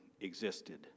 existed